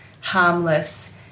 harmless